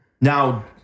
Now